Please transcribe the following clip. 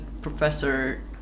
professor